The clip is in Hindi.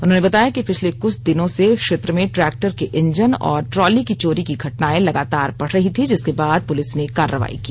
उन्होंने बताया कि पिछले कुछ दिनों से क्षेत्र में ट्रैक्टर के इंजन और ट्रॉली की चोरी की घटनाएं लगातार बढ़ रही थी जिसके बाद पुलिस ने कार्रवाई की